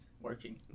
working